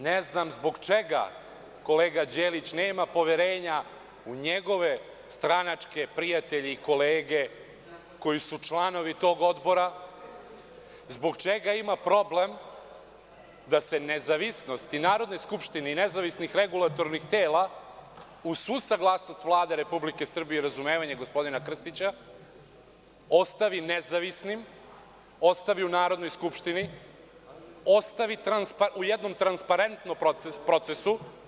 Ne znam zbog čega kolega Đelić nema poverenja u njegove stranačke prijatelje i kolege koji su članovi tog odbora, zbog čega ima problem da se nezavisnost i Narodnoj skupštini i nezavisnih regulatornih tela, uz svu saglasnost Vlade Republike Srbije i razumevanje gospodina Krstića, ostavi nezavisnim, ostavi u Narodnoj skupštini, ostavi u jednom transparentnom procesu.